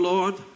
Lord